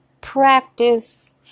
practice